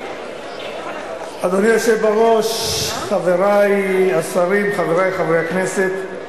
אדוני היושב בראש, חברי השרים, חברי חברי הכנסת,